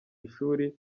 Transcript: ishuri